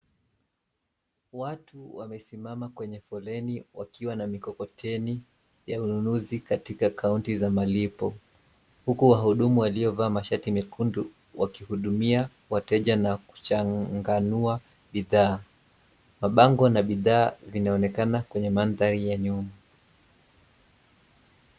Watu wamesimama kwenye foleni wakiwa na mikokoteni ya ununuzi katika kaunta za malipo huku wahudumu waliovaa mashati mekundu wakihudumia wateja na kuchanganua bidhaa. Mabango na bidhaa vinaonekana kwenye mandhari ya nyuma.